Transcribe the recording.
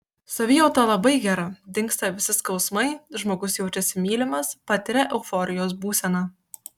savijauta labai gera dingsta visi skausmai žmogus jaučiasi mylimas patiria euforijos būseną